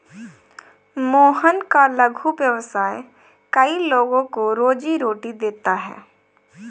मोहन का लघु व्यवसाय कई लोगों को रोजीरोटी देता है